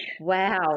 Wow